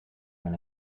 when